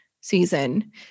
season